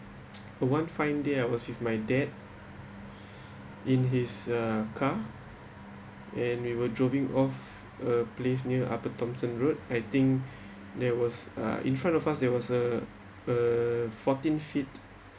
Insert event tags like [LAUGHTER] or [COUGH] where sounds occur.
[NOISE] uh one fine day I was with my dad in his uh car and we were droving of a place near upper thomson road I think there was uh in front of us there was uh uh fourteen feet